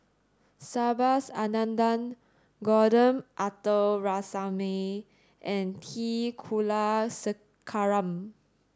Subhas Anandan Gordon Arthur Ransome and T Kulasekaram